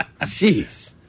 Jeez